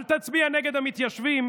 אל תצביע נגד המתיישבים.